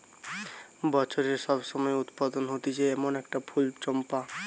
বছরের সব সময় উৎপাদন হতিছে এমন একটা ফুল চম্পা